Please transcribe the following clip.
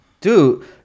dude